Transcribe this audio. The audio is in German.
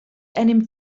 einem